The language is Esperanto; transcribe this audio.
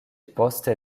poste